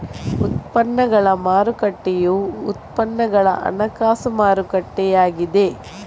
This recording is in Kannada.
ಉತ್ಪನ್ನಗಳ ಮಾರುಕಟ್ಟೆಯು ಉತ್ಪನ್ನಗಳ ಹಣಕಾಸು ಮಾರುಕಟ್ಟೆಯಾಗಿದೆ